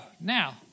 now